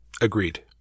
Agreed